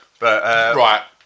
right